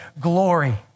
glory